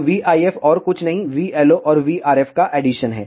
तो vIF और कुछ नहीं vLO और vRF का एडिशन है